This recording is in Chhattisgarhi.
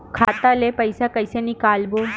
खाता ले पईसा कइसे निकालबो?